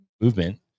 movement